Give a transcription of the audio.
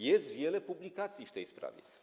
Jest wiele publikacji w tej sprawie.